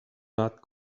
not